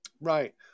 Right